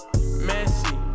Messy